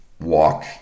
walk